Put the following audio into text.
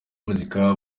muzika